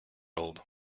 old